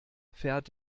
fährt